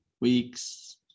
weeks